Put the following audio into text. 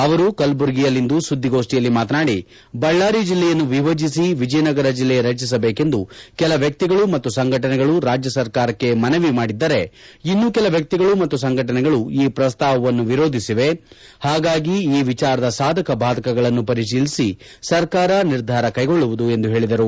ಅವರು ಕಲಬುರಗಿಯಲ್ಲಿಂದು ಸುದ್ಲಿಗೋಷ್ನಿಯಲ್ಲಿ ಮಾತನಾಡಿ ಬಳ್ಳಾರಿ ಜಿಲ್ಲೆಯನ್ನು ವಿಭಜಿಸಿ ವಿಜಯನಗರ ಜಿಲ್ಲೆ ರಚಿಸಬೇಕೆಂದು ಕೆಲ ವ್ಯಕ್ತಿಗಳು ಮತ್ತು ಸಂಘಟನೆಗಳು ರಾಜ್ಯ ಸರ್ಕಾರಕ್ಷೆ ಮನವಿ ಮಾಡಿದ್ದರೆ ಇನ್ನು ಕೆಲ ವ್ಯಕ್ತಿಗಳು ಮತ್ತು ಸಂಘಟನೆಗಳು ಈ ಪ್ರಸ್ತಾವವನ್ನು ವಿರೋಧಿಸಿವೆ ಹಾಗಾಗಿ ಈ ವಿಚಾರದ ಸಾಧಕ ಭಾದಕಗಳನ್ನು ಪರಿತೀಲಿಸಿ ಸರ್ಕಾರ ನಿರ್ಧಾರ ಕೈಗೊಳ್ಳುವುದು ಎಂದು ಹೇಳಿದರು